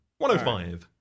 105